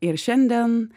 ir šiandien